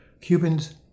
Cubans